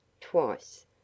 TWICE